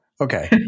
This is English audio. Okay